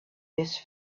this